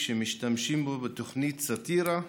שמשתמשים בו בתוכנית סאטירה,